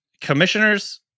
commissioners